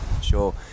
sure